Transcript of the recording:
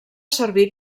servir